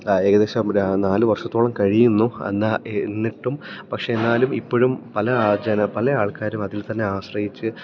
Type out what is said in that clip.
ഏകദേശം നാലു വർഷത്തോളം കഴിയുന്നു എന്നിട്ടും പക്ഷെ എന്നാലും ഇപ്പോഴും പല ആൾക്കാരും അതിൽ തന്നെ ആശ്രയിച്ച്